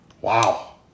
Wow